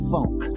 Funk